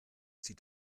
sieht